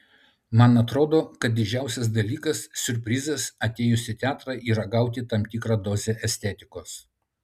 man atrodo kad didžiausias dalykas siurprizas atėjus į teatrą yra gauti tam tikrą dozę estetikos